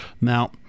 Now